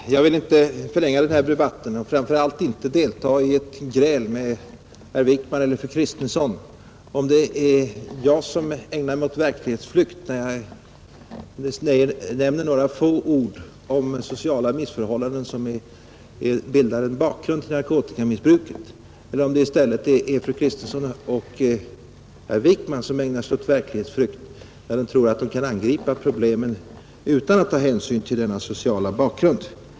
Fru talman! Jag vill inte förlänga denna debatt och framför allt inte delta i ett gräl med herr Wijkman eller fru Kristensson om huruvida det är jag som ägnar mig åt verklighetsflykt när jag nämner några få ord om sociala missförhållanden, som bildar en bakgrund till narkotikamissbruket, eller det i stället är fru Kristensson och herr Wijkman som ägnar sig åt verklighetsflykt när de tror, att de kan angripa problemen utan att ta hänsyn till denna sociala bakgrund.